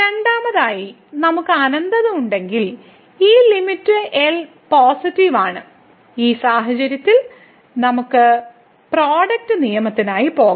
രണ്ടാമതായി നമുക്ക് അനന്തത ഉണ്ടെങ്കിൽ ഈ ലിമിറ്റ് L പോസിറ്റീവ് ആണ് ഈ സാഹചര്യത്തിൽ നമുക്ക് പ്രോഡക്റ്റ് നിയമത്തിനായി പോകാം